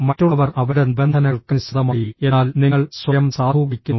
മറ്റുള്ളവർ അവരുടെ നിബന്ധനകൾക്കനുസൃതമായി എന്നാൽ നിങ്ങൾ സ്വയം സാധൂകരിക്കുന്നു